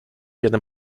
jeden